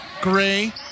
Gray